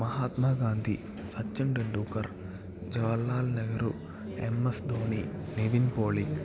Mahatma Gandhi Sachin Tendulkar Jawaharlal Nehru M S Dhoni Nivin Pauly